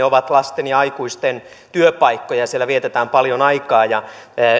ovat lasten ja aikuisten työpaikkoja siellä vietetään paljon aikaa ja